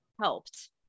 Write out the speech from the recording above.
helped